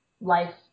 life